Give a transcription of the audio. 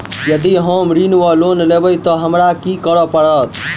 यदि हम ऋण वा लोन लेबै तऽ हमरा की करऽ पड़त?